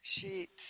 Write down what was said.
Sheets